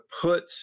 put